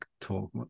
talk